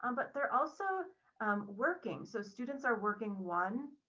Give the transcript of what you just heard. um but they're also working. so students are working one,